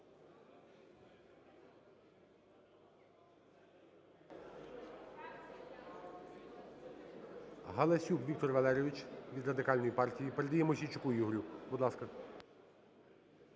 Галасюк Віктор Валерійович від Радикальної партії передає Мосійчуку Ігорю. Будь ласка.